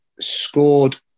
scored